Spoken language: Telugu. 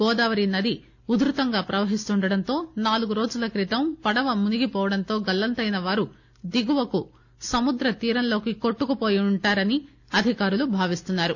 గోదావరి ఉద్యతిగా ప్రవహిస్తుండటం నాలుగు రోజల క్రితం పడవ మునిగి పోవడంతో గల్లంతైన వారు దిగువకు సముద్ర తీరంలోకి కొట్టుకుపోయి ఉంటారని అధికారులు భావిస్తున్నారు